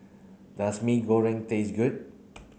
does Mee Goreng taste good